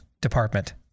department